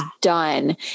done